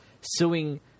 suing